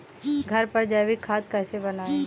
घर पर जैविक खाद कैसे बनाएँ?